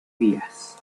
vías